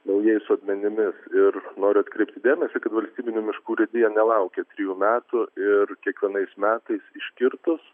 naujais sodmenimis ir noriu atkreipti dėmesį kad valstybinių miškų urėdija nelaukia trijų metų ir kiekvienais metais iškirtus